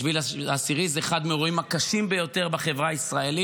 7 באוקטובר זה אחד האירועים הקשים ביותר בחברה הישראלית,